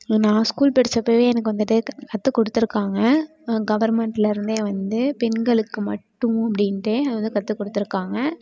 நான் ஸ்கூல் படித்தப்பவே எனக்கு வந்துட்டு கத் கற்றுக் கொடுத்துருக்காங்க கவர்மெண்ட்டிலேருந்தே வந்து பெண்களுக்கு மட்டும் அப்படின்ட்டே அது வந்து கற்றுக் கொடுத்துருக்காங்க